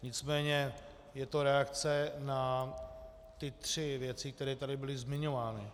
Nicméně je to reakce na ty tři věci, které tady byly zmiňovány.